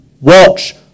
watch